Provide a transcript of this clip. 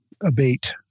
abate